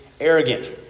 arrogant